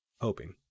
Hoping